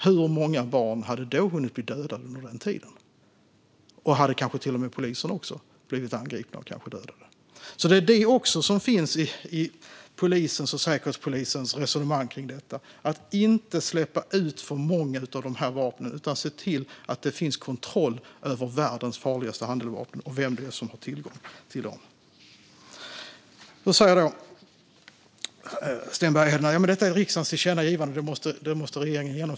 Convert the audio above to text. Hur många barn hade hunnit bli dödade under den tiden? Hade kanske också poliser blivit angripna och dödade? Det är alltså också detta som finns i polisens och Säkerhetspolisens resonemang. Det handlar om att inte släppa ut för många av dessa vapen. Man ska se till att det finns kontroll över världens farligaste handeldvapen och över vem som har tillgång till dem. Sten Bergheden säger att regeringen måste genomföra det som är riksdagens tillkännagivande.